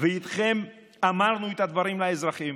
ואיתכם אמרנו את הדברים לאזרחים,